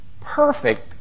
perfect